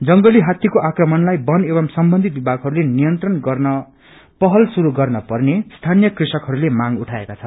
जंगली हात्तीको आक्रमणलाई वन एवं सम्बन्धित विमागहरूले नियंत्रण गर्न पहल शुरू गर्न पर्ने सीीन्रीय कृषकहरूले मांग एइाएका छन्